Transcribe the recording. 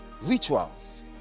rituals